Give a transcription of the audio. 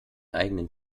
eigenen